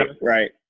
Right